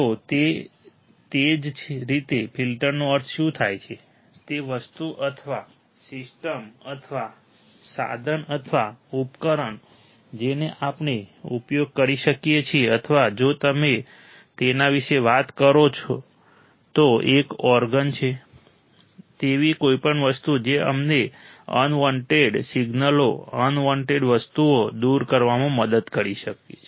તો તેવી જ રીતે ફિલ્ટરનો અર્થ શું થાય છે તે વસ્તુ અથવા સિસ્ટમ અથવા સાધન અથવા ઉપકરણ કે જેનો આપણે ઉપયોગ કરી શકીએ છીએ અથવા જો તમે તેના વિશે વાત કરો તો એક ઓર્ગન છે તેથી કોઈપણ વસ્તુ જે અમને અનવોન્ટેડ સિગ્નલો અનવોન્ટેડ વસ્તુઓ દૂર કરવામાં મદદ કરી શકે છે